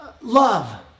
Love